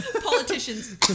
Politicians